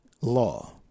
law